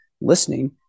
listening